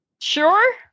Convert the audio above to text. Sure